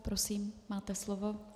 Prosím, máte slovo.